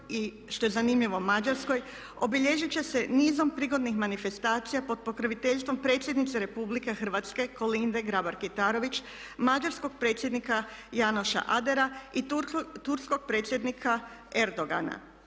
i što je zanimljivo Mađarskoj obilježit će se nizom prigodnih manifestacija pod pokroviteljstvom predsjednice Republike Hrvatske Kolinde Grabar Kitarović, mađarskog predsjednika Janoša Adera i turskog predsjednika Erdogana.